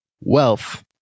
Wealth